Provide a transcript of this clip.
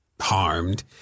harmed